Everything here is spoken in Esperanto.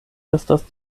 estas